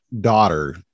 daughter